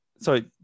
Sorry